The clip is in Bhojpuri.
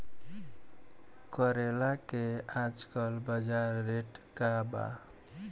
करेला के आजकल बजार रेट का बा?